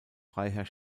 freiherr